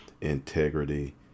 integrity